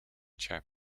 chap